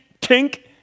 tink